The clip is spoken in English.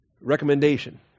recommendation